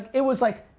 it was like,